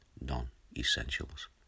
non-essentials